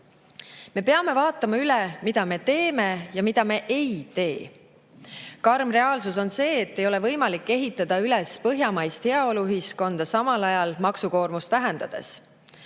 Me peame vaatama üle, mida me teeme ja mida me ei tee. Karm reaalsus on see, et ei ole võimalik ehitada üles põhjamaist heaoluühiskonda, samal ajal maksukoormust vähendades.